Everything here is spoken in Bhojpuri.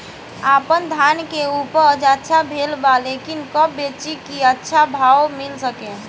आपनधान के उपज अच्छा भेल बा लेकिन कब बेची कि अच्छा भाव मिल सके?